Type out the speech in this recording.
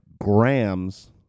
grams